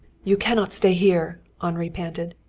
you cannot stay here, henri panted.